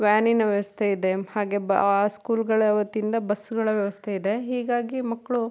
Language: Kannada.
ವ್ಯಾನಿನ ವ್ಯವಸ್ಥೆಯಿದೆ ಹಾಗೆ ಬ ಆ ಸ್ಕೂಲುಗಳ ವತಿಯಿಂದ ಬಸ್ಸುಗಳ ವ್ಯವಸ್ಥೆಯಿದೆ ಹೀಗಾಗಿ ಮಕ್ಕಳು